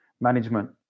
management